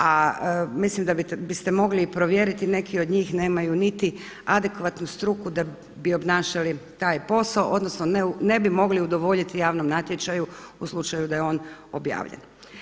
A mislim da biste mogli i provjeriti, neki od njih nemaju niti adekvatnu struku da bi obnašali taj posao, odnosno ne bi mogli udovoljiti javnom natječaju u slučaju da je on objavljen.